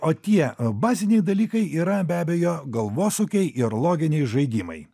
o tie baziniai dalykai yra be abejo galvosūkiai ir loginiai žaidimai